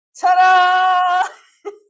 Ta-da